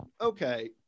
Okay